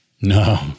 No